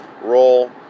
roll